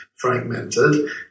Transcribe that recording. fragmented